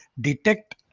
detect